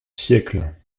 siècle